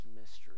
mystery